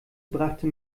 brachte